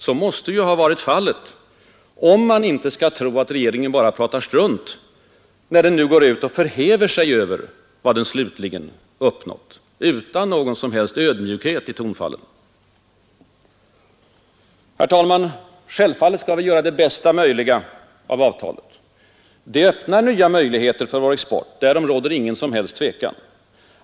Så måste ju vara fallet om man inte skall tro att regeringen bara pratar strunt när den nu går ut och förhäver sig över vad den slutligen uppnått, utan någon som helst ödmjukhet i tonfallet? Herr talman! Självfallet skall vi göra det bästa möjliga av avtalet. Det öppnar nya möjligheter för vår export; därom råder inget tvivel.